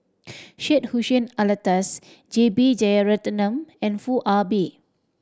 Syed Hussein Alatas J B Jeyaretnam and Foo Ah Bee